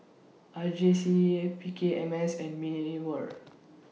R J C P K M S and Mewr